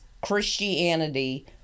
Christianity